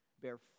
bear